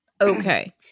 Okay